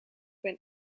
ben